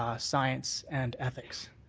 ah science and ethics.